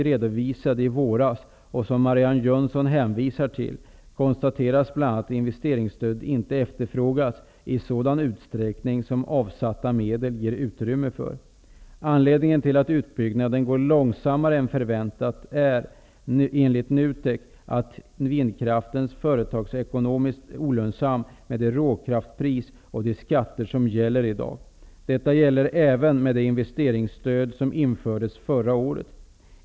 redovisade i våras -- och som Marianne Jönsson hänvisar till -- konstateras bl.a. att investeringsstödet inte efterfrågas i sådan utsträckning som avsatta medel ger utrymme för. Anledningen till att utbyggnaden går långsammare än förväntat är, enligt NUTEK, att vindkraften är företagsekonomiskt olönsam med det råkraftpris och de skatter som gäller i dag. Detta gäller även med det investeringsstöd som infördes förra året.